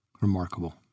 Remarkable